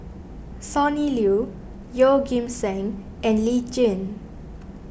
Sonny Liew Yeoh Ghim Seng and Lee Tjin